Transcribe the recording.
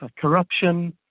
corruption